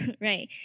right